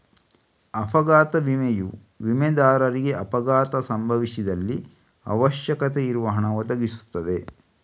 ಅಪಘಾತ ವಿಮೆಯು ವಿಮೆದಾರನಿಗೆ ಅಪಘಾತ ಸಂಭವಿಸಿದಲ್ಲಿ ಅವಶ್ಯಕತೆ ಇರುವ ಹಣ ಒದಗಿಸ್ತದೆ